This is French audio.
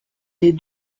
des